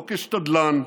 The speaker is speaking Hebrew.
לא כשתדלן,